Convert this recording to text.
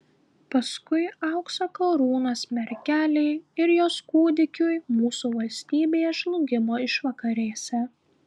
paskui aukso karūnos mergelei ir jos kūdikiui mūsų valstybės žlugimo išvakarėse